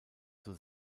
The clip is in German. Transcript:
zur